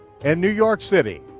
and new york city.